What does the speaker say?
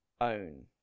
own